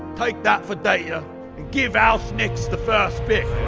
take that for data, and give house knicks the first pick.